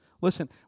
Listen